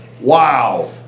Wow